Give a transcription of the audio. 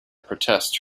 protests